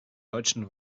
deutschen